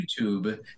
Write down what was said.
YouTube